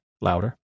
louder